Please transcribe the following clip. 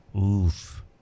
Oof